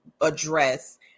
address